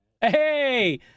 Hey